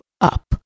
up